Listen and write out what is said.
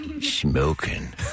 Smoking